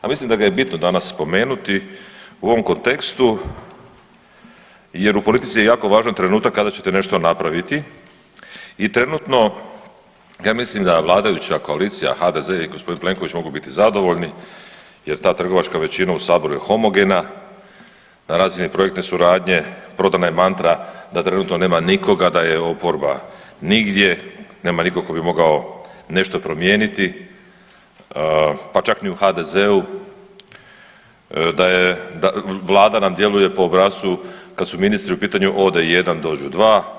A mislim da ga je bitno danas spomenuti u ovoj kontekstu jer u politici je jako važan trenutak kada ćete nešto napraviti i trenutno ja mislim da vladajuća koalicija HDZ i gospodin Plenković mogu biti zadovoljni jer ta trgovačka većina u saboru je homogena na razini projektne suradnje prodana je mantra da trenutno nema nikoga, da je oporba nigdje, nema nitko tko bi mogao nešto promijeniti pa čak ni u HDZ-u, da je, vlada nam djeluje po obrascu kad su ministri u pitanju ode jedan dođu dva.